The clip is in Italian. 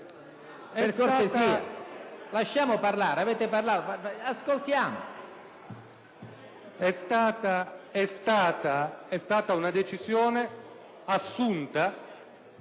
È stata una decisione assunta